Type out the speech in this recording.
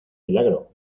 milagro